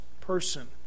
person